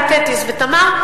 "ים תטיס" ו"תמר",